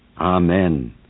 Amen